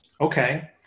Okay